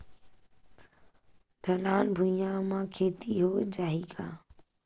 ढलान भुइयां म खेती हो जाही का?